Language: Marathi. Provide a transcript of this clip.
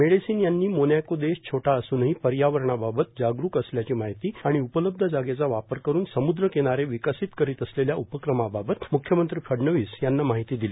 मेडेसिन यांनी मोनॅको देश छोटा असूनही पर्यावरणाबाबत जागरूक असल्याची माहिती आणि उपलब्ध जागेचा वापर करून समुद्र किनारे विकसित करीत असलेल्या उपक्रमाबाबत म्ख्यमंत्री फडणवीस यांना माहिती दिली